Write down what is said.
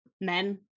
men